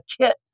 kit